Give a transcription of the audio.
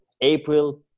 April